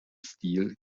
stil